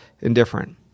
indifferent